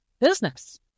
business